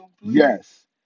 Yes